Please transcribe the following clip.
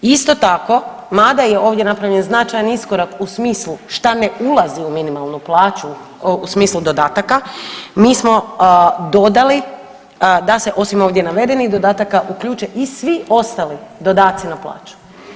Isto tako, mada je ovdje napravljan značajan iskorak u smislu šta ne ulazi u minimalnu plaću, u smislu dodataka mi smo dodali da se osim ovdje navedenih dodataka uključe i svi ostali dodaci na plaću.